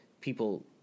people